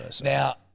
Now